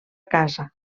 casa